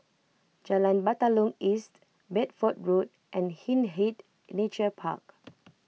Jalan Batalong East Bedford Road and Hindhede Nature Park